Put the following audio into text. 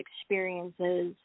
experiences